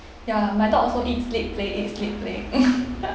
ya my dog also eat sleep play eat sleep play